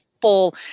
full